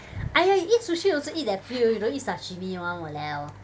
!aiya! you eat sushi also eat that few you don't eat sashimi [one] !waliao!